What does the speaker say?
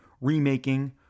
remaking